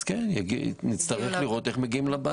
אז נצטרך לראות איך מגיעים אליו